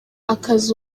akazi